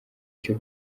cyo